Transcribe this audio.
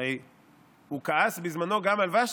הרי הוא כעס בזמנו גם על ושתי.